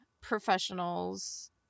professionals